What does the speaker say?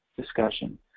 discussion